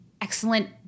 excellent